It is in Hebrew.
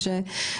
משה,